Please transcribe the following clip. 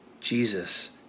Jesus